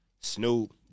Snoop